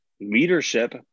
leadership